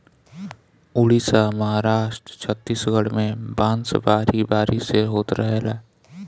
उड़ीसा, महाराष्ट्र, छतीसगढ़ में बांस बारी बारी से होत रहेला